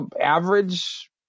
average